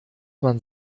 man